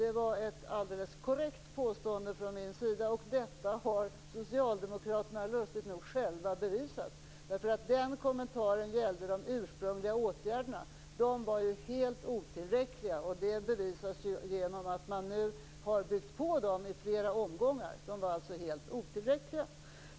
Det var ett alldeles korrekt påstående från min sida, och detta har socialdemokraterna lustigt nog själva bevisat. Den kommentaren gällde de ursprungliga åtgärderna som var helt otillräckliga. Det bevisas ju genom att man nu har byggt på dem i flera omgångar. Mitt påstående var rätt.